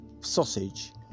sausage